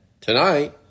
tonight